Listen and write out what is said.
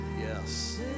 Yes